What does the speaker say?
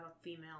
female